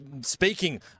speaking